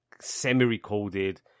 semi-recorded